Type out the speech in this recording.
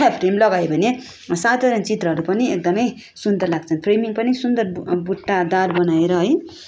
frame लगायो भने साधारण चित्रहरू पनि एकदमै सुन्दर लाग्छन् फ्रेमिङ पनि सुन्दर बुट्टादार बनाएर है